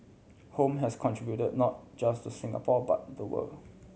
home has contributed not just to Singapore but the world